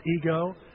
ego